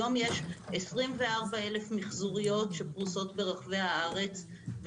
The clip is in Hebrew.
היום יש 24 אלף מיחזוריות שפרוסות ברחבי הארץ,